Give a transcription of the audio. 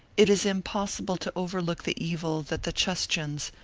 it is impossible to overlook the evil that the chustions,